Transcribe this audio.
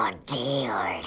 um deal!